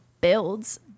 builds